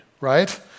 right